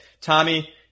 Tommy